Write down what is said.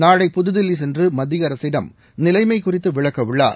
நாளை புதுதில்லி சென்று மத்திய அரசிடம் நிலைமை குறித்து விளக்க உள்ளார்